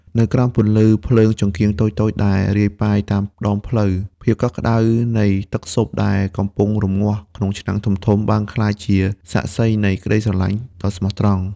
នៅក្រោមពន្លឺភ្លើងចង្កៀងតូចៗដែលរាយប៉ាយតាមដងផ្លូវ ភាពកក់ក្តៅនៃទឹកស៊ុបដែលកំពុងរំងាស់ក្នុងឆ្នាំងធំៗ បានក្លាយជាសាក្សីនៃក្តីស្រឡាញ់ដ៏ស្មោះត្រង់។